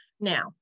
Now